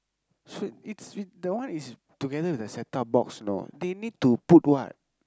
so~ it's with the one is together with the setup box you know they need to put what